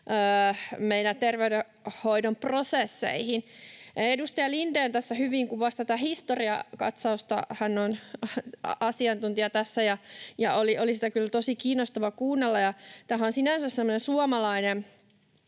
meidän terveydenhoidon prosesseihin. Edustaja Lindén tässä hyvin kuvasi tätä historiakatsausta, hän on asiantuntija tässä. Sitä oli kyllä tosi kiinnostavaa kuunnella. Tämähän on sinänsä semmoinen